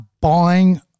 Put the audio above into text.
buying